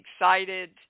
excited